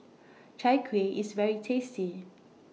Chai Kueh IS very tasty